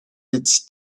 its